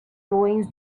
ruins